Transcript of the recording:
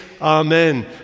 Amen